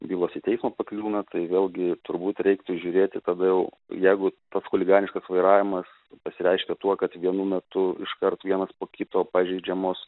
bylos į teismą pakliūna tai vėlgi turbūt reiktų žiūrėti tada jau jeigu toks chuliganiškas vairavimas pasireiškia tuo kad vienu metu iškart vienas po kito pažeidžiamos